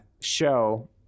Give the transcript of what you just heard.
show –